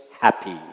happy